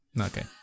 Okay